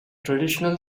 traditional